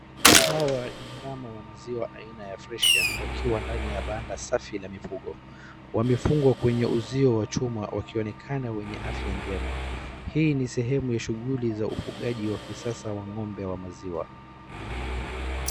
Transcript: Hawa ni ndama wa maziwa aina ya Friesian wakiwa ndani ya banda safi la mifugo. Wamefungwa kwenye uzio wa chuma wakionekana wenye afya njema. Hii ni sehemu ya shughuli za ufugaji wa kisasa wa ng'ombe wa maziwa.